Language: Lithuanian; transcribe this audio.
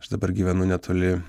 aš dabar gyvenu netoli